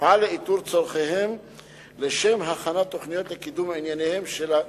יפעל לאיתור צורכיהם לשם הכנת תוכניות לקידום ענייניהם של הוותיקים,